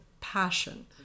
passion